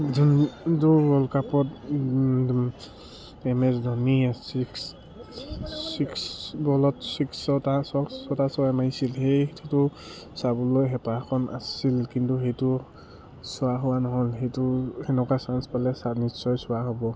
যোনটো ৱৰ্ল্ড কাপত M S ধোনীয়ে ছিক্স ছিক্স বলত ছিক্স ছটা ছ ছটা ছয় মাৰিছিল সেইটো চাবলৈ হেঁপাহখন আছিল কিন্তু সেইটো চোৱা হোৱা নহ'ল সেইটো সেনেকুৱা চাঞ্চ পালে চা নিশ্চয় চোৱা হ'ব